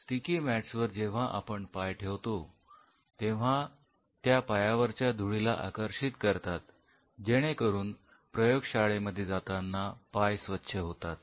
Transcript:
sticky mats वर जेव्हा आपण पाय ठेवतो तेव्हा त्या पायावरच्या धुळीला आकर्षित करतात जेणेकरून प्रयोगशाळेमध्ये जाताना पाय स्वच्छ होतात